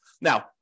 Now